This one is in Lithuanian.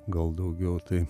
gal daugiau tai